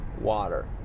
water